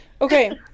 Okay